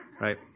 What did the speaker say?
Right